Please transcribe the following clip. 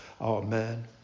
Amen